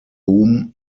whom